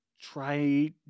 try